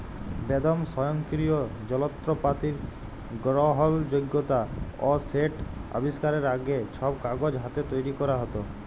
বেদম স্বয়ংকিরিয় জলত্রপাতির গরহলযগ্যতা অ সেট আবিষ্কারের আগে, ছব কাগজ হাতে তৈরি ক্যরা হ্যত